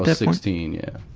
sixteen, yeah.